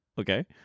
Okay